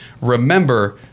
remember